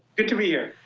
good to be here.